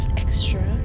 extra